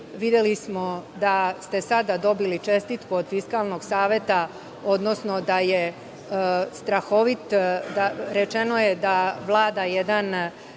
Videli smo da ste sada dobili čestitku od Fiskalnog saveta, odnosno rečeno je da Vlada jedan